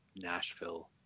Nashville